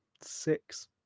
six